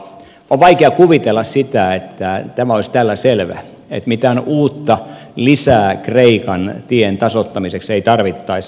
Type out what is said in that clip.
on vaikea kuvitella sitä että tämä olisi tällä selvä että mitään uutta lisää kreikan tien tasoittamiseksi ei tarvittaisi